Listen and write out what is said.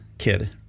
kid